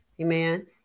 Amen